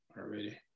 already